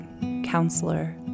counselor